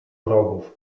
wrogów